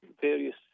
various